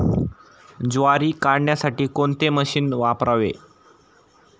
ज्वारी काढण्यासाठी कोणते मशीन वापरावे?